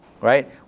Right